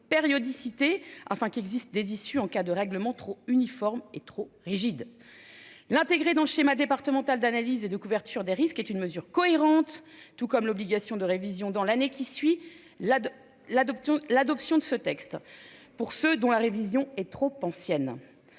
une périodicité enfin qu'il existe des issues en cas de règlement trop uniformes et trop rigide. L'intégrer dans le schéma départemental d'analyse et de couverture des risques est une mesure cohérente, tout comme l'obligation de révision dans l'année qui suit la l'adoption. L'adoption de ce texte pour ceux dont la révision est trop ancienne.